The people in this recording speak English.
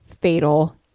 fatal